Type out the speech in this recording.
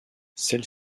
celle